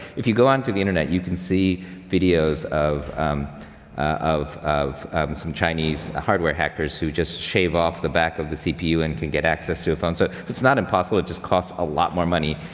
if you go onto the internet, you can see videos of of some chinese hardware hackers who just shave off the back of the cpu and can get access to a phone. so it's not impossible. it just costs a lot more money.